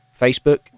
facebook